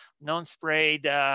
non-sprayed